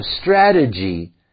strategy